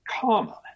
comma